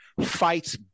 fights